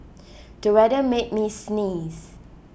the weather made me sneeze